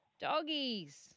Doggies